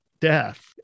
death